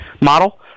model